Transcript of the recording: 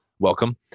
welcome